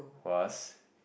was